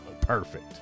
Perfect